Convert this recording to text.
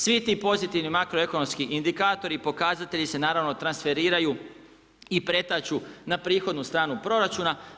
Svi ti pozitivni makroekonomski indikatori, pokazatelji se naravno transferiraju i pretaču na prihodnu stranu proračuna.